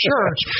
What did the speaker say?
Church